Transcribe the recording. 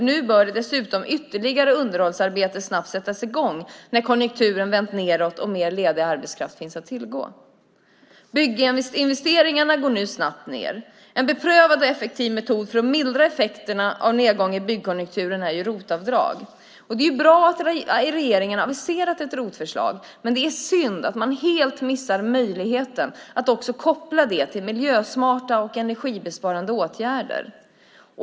Nu bör dessutom ytterligare underhållsarbete snabbt sättas i gång, när konjunkturen vänt nedåt och mer ledig arbetskraft finns att tillgå. Bygginvesteringarna går nu snabbt ned. En beprövad och effektiv metod för att mildra effekterna av nedgång i byggkonjunkturen är ROT-avdrag. Det är bra att regeringen har aviserat ett ROT-förslag, men det är synd att man helt missar möjligheten att koppla det till miljösmarta och energibesparande åtgärder.